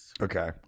Okay